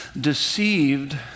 deceived